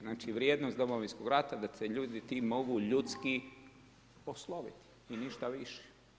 Znači vrijednost Domovinskog rata da se ljudi ti mogu ljudski osloviti i ništa više.